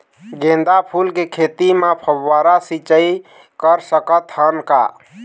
गेंदा फूल के खेती म फव्वारा सिचाई कर सकत हन का?